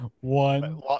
one